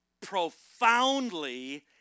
profoundly